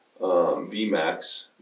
VMAX